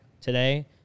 today